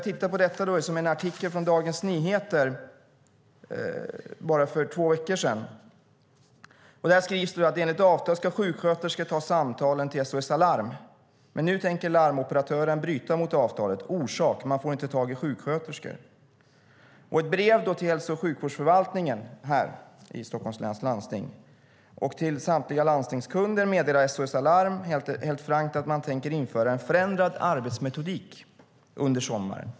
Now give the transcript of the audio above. I en artikel i Dagens Nyheter för bara två veckor sedan står det att enligt avtalet ska sjuksköterskor ta samtalen till SOS Alarm, men nu tänker larmoperatören bryta mot avtalet. Orsak: Man får inte tag i sjuksköterskor. I ett brev till Hälso och sjukvårdsförvaltningen i Stockholms läns landsting och till samtliga landstingskunder meddelar SOS Alarm helt frankt att man tänker införa en förändrad arbetsmetodik under sommaren.